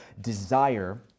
desire